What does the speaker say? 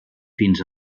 fins